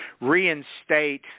reinstate